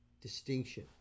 distinction